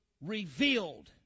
revealed